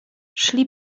szli